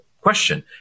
question